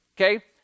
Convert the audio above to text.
Okay